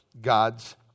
God's